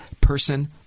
person